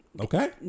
Okay